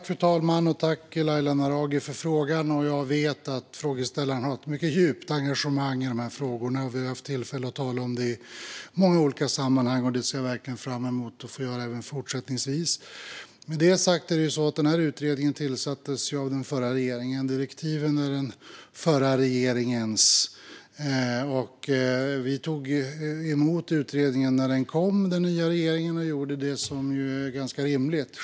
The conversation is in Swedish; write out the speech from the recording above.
Fru talman! Tack, Laila Naraghi, för frågan! Jag vet att frågeställaren har ett mycket djupt engagemang i dessa frågor - vi har haft tillfälle att tala om det i många olika sammanhang, och jag ser verkligen fram emot att få göra det även fortsättningsvis. Med det sagt är det ju så att denna utredning tillsattes av den förra regeringen, och direktiven är den förra regeringens. Vi i den nya regeringen tog emot utredningen när den kom och skickade ut den på remiss, vilket ju är ganska rimligt.